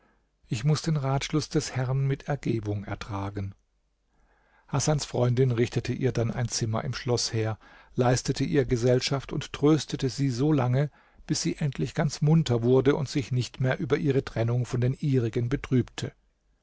ich muß den ratschluß des herrn mit ergebung ertragen hasans freundin richtete ihr dann ein zimmer im schloß her leistete ihr gesellschaft und tröstete sie so lange bis sie endlich ganz munter wurde und sich nicht mehr über ihre trennung von den ihrigen betrübte